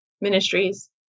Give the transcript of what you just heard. ministries